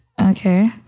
Okay